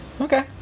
Okay